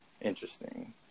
Interesting